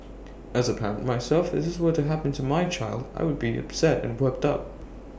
as A parent myself if this were to happen to my child I would be upset and worked up